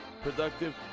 productive